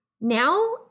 Now